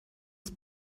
ist